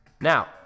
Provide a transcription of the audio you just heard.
Now